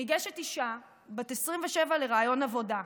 ניגשת אישה בת 27 לריאיון עבודה.